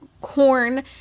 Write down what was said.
corn